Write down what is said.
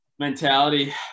mentality